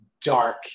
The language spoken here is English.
dark